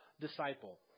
disciple